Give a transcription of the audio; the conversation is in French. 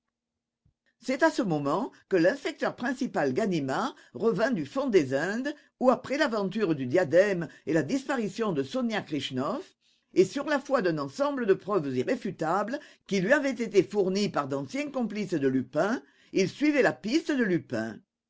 c'est à ce moment que l'inspecteur principal ganimard revint du fond des indes où après l'aventure du diadème et la disparition de sonia krichnoff et sur la foi d'un ensemble de preuves irréfutables qui lui avaient été fournies par d'anciens complices de lupin il suivait la piste de lupin